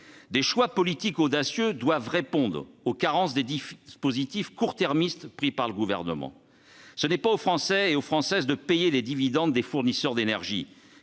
Des choix politiques audacieux doivent répondre aux carences des dispositifs de court terme pris par le Gouvernement. Ce n'est pas aux Français de payer les dividendes des fournisseurs d'énergie